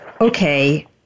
Okay